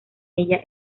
ella